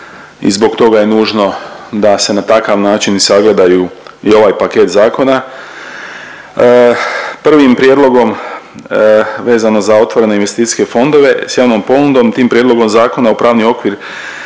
zbog toga je nužno da se na takav način i sagledaju i ovaj paket zakona. Prvim prijedlogom vezano za otvorene investicijske fondove s javnom ponudom, tim prijedlogom zakona u pravni okvir